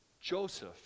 Joseph